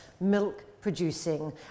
milk-producing